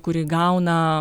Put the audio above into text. kuri gauna